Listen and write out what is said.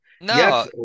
No